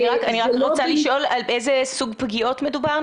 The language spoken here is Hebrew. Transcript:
אני רק רוצה לשאול על איזה סוג פגיעות מדובר,